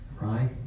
right